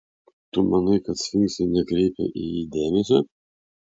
tu manai kad sfinksai nekreipia į jį dėmesio